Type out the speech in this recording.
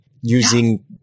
using